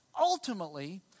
Ultimately